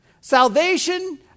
Salvation